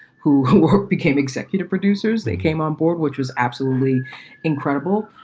who who became executive producers. they came on board, which was absolutely incredible.